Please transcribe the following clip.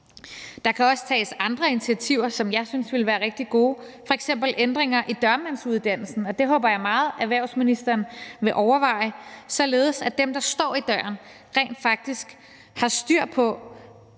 Der kan også tages andre initiativer, som jeg synes ville være rigtig gode, f.eks. ændringer i dørmandsuddannelsen, og det håber jeg meget erhvervsministeren vil overveje, således at dem, der står i døren, rent faktisk har styr på,